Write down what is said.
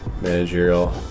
managerial